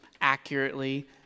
accurately